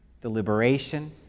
deliberation